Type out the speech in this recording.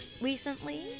recently